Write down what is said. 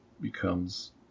becomes